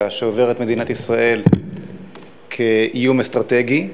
שעוברת מדינת ישראל כאיום אסטרטגי.